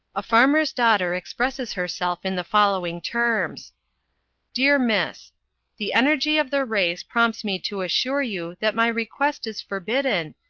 a farmer's daughter expresses herself in the following terms dear miss the energy of the race prompts me to assure you that my request is forbidden,